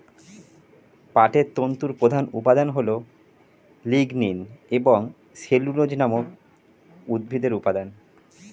পাটের তন্তুর প্রধান উপাদান হল লিগনিন এবং সেলুলোজ নামক উদ্ভিজ্জ উপাদান